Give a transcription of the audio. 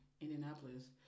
Indianapolis